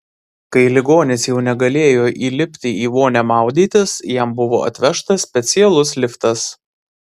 kai ligonis jau negalėjo įlipti į vonią maudytis jam buvo atvežtas specialus liftas